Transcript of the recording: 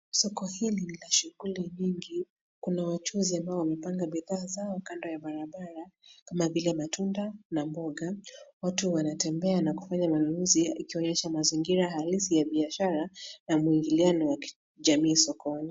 Soko hili lina shuguli nyingi, kuna wachuuzi ambao wamepanga bidhaa zao kando ya barabara kama vile matunda na mboga, watu wanatembea na kufanya manunuzi yakionyesha mazingia halisi ya biashara na mwingiliano wa kijamii sokoni.